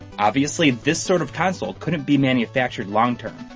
obviously this sort of console couldn't be manufactured long-term,